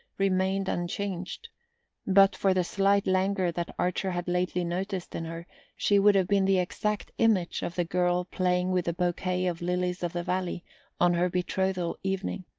remained unchanged but for the slight languor that archer had lately noticed in her she would have been the exact image of the girl playing with the bouquet of lilies-of-the-valley on her betrothal evening.